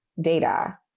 data